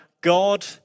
God